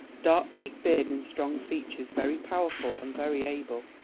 dark peaked beard and strong features, very powerful and very able.